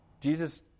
Jesus